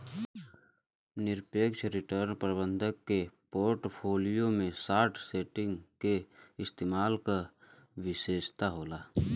निरपेक्ष रिटर्न प्रबंधक के पोर्टफोलियो में शॉर्ट सेलिंग के इस्तेमाल क विशेषता होला